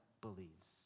believes